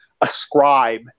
ascribe